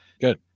good